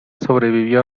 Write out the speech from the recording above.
sobrevivió